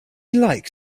like